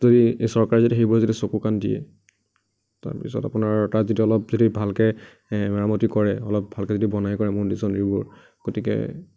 যদি চৰকাৰে যদি সেইবোৰ যদি চকু কাণ দিয়ে তাৰপিছত আপোনাৰ তাত যদি অলপ যদি ভালকৈ মেৰামতি কৰে অলপ ভালকৈ যদি বনাই কৰে মন্দিৰ চন্দিৰবোৰ গতিকে